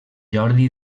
jordi